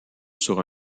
sur